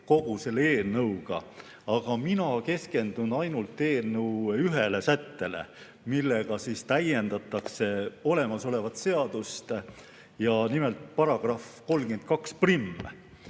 kogu selle eelnõuga, aga mina keskendun ainult eelnõu ühele sättele, millega täiendatakse olemasolevat seadust, nimelt §‑le 321.